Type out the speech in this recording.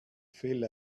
feel